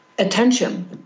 attention